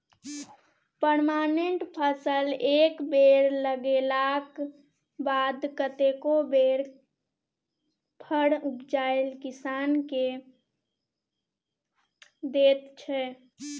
permanent फसल एक बेर लगेलाक बाद कतेको बेर फर उपजाए किसान केँ दैत छै